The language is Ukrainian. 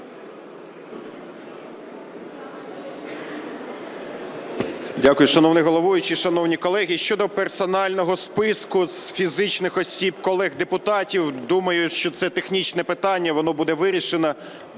Дякую. Шановний головуючий, шановні колеги, щодо персонального списку фізичних осіб колег-депутатів, думаю, що це технічне питання, воно буде вирішено.